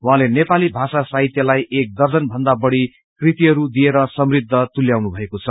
उहाँले नेपाली भाषा साहित्यलाइ एक दर्जनभन्दा बढ़ी कृतिहरू दिएर समृद्व तुलउनु भएको छ